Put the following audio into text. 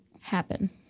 happen